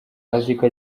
aziko